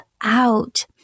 out